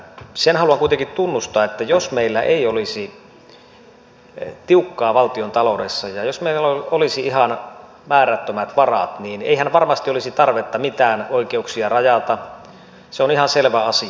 sen haluan kuitenkin tunnustaa että jos meillä ei olisi tiukkaa valtiontaloudessa ja jos meillä olisi ihan määrättömät varat niin eihän varmasti olisi tarvetta mitään oikeuksia rajata se on ihan selvä asia